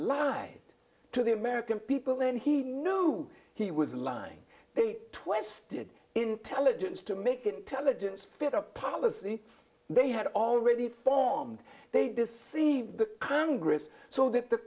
lied to the american people then he knew he was lying they twisted intelligence to make intelligence fit a policy they had already formed they deceived the congress so that the